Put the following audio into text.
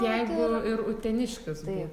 jeigu ir uteniškis būt